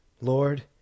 Lord